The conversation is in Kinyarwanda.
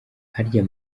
harya